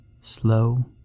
slow